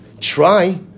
Try